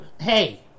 hey